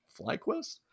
FlyQuest